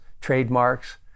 trademarks